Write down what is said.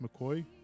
McCoy